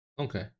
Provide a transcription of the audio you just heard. Okay